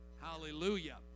Hallelujah